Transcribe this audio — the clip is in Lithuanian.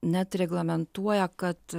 net reglamentuoja kad